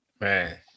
Man